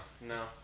No